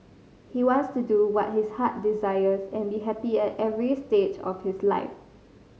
he wants to do what his heart desires and be happy at every stage of his life